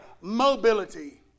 mobility